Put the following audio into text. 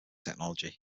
technology